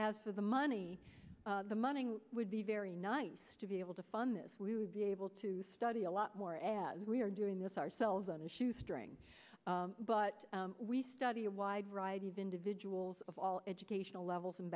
as for the money the money would be very nice to be able to fund this we would be able to study a lot more as we are doing this ourselves on a shoestring but we study a wide variety of individuals of all educational levels and